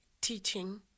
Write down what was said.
teaching